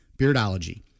Beardology